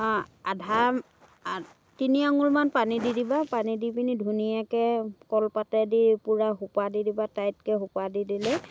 আধা আ তিনি আঙুলমান পানী দি দিবা পানী দি পিনি ধুনীয়াকৈ কলপাতেদি পুৰা সোপা দি দিবা টাইটকৈ সোপা দি দিলে